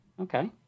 okay